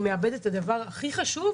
היא מאבדת את הדבר הכי חשוב,